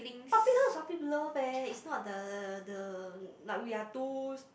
puppy love is puppy love leh it's not the the like we are two